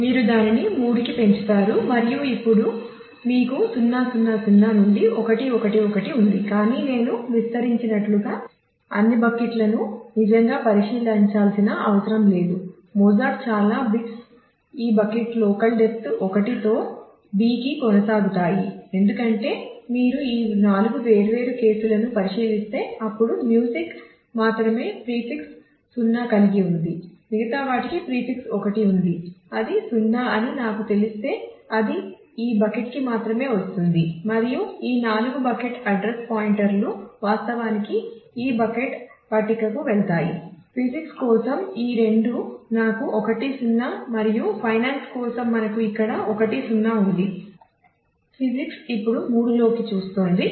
మీరు దానిని 3 కి పెంచుతారు మరియు ఇప్పుడు మీకు 0 0 0 నుండి 1 1 1 ఉంది కానీ నేను వివరించినట్లుగా అన్ని బకెట్లను వాస్తవానికి ఈ బకెట్ పట్టికకు వెళ్తాయి